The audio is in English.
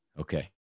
Okay